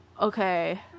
Okay